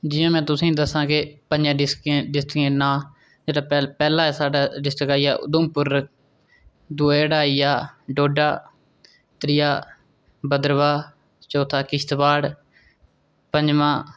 जियां में तुसेंगी दस्सां की प'ञें डिस डिस्ट्रिक्टें दे नांऽ जेह्ड़ा पैह्ला पैह्ला साढ़ा डिस्ट्रिक्ट आई गेआ उधमपुर दूआ जेह्ड़ा आई गेआ डोडा त्रीया भद्रवाह चौथा किश्तवाड़ पञमां